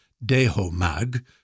DEHO-MAG